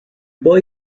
boy